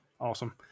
Awesome